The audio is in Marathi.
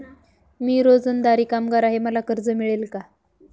मी रोजंदारी कामगार आहे मला कर्ज मिळेल का?